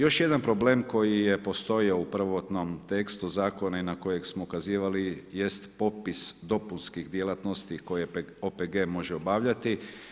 Još jedan problem koji je postojao u prvotnom tekstu Zakona i na koji smo ukazivali jest popis dopunskih djelatnosti koje OPG može obavljati.